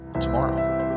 tomorrow